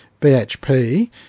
BHP